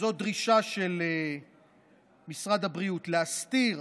וזאת דרישה של משרד הבריאות, להסתיר